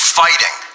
fighting